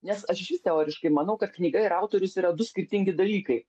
nes aš išvis teoriškai manau kad knyga ir autorius yra du skirtingi dalykai